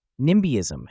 NIMBYism